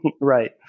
Right